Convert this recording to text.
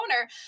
owner